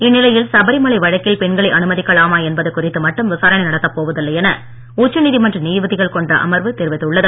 இந்நிலையில் சபரி மலை வழக்கில் பெண்களை அனுமதிக்கலாமா என்பது குறித்து மட்டும் விசாரணை நடத்தப் போவதில்லை என உச்சநீதிமன்ற நீதிபதிகள் கொண்ட அமர்வு தெரிவித்துள்ளது